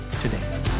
today